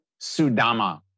Sudama